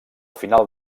final